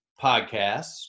podcasts